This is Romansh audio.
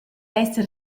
esser